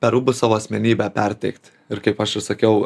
per rūbus savo asmenybę perteikt ir kaip aš ir sakiau